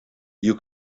you